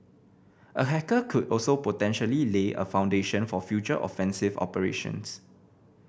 a hacker could also potentially lay a foundation for future offensive operations